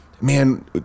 Man